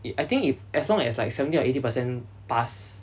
it I think if as long as like seventy or eighty percent pass